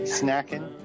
snacking